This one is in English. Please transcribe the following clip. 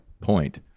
point